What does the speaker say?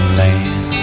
land